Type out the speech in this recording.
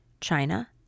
China